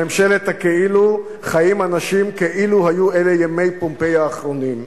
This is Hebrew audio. בממשלת הכאילו חיים אנשים כאילו היו אלה ימי פומפיי האחרונים,